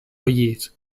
riez